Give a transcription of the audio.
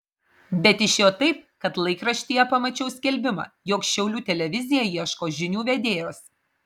bet išėjo taip kad laikraštyje pamačiau skelbimą jog šiaulių televizija ieško žinių vedėjos